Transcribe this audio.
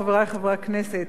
חברי חברי הכנסת,